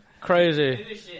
Crazy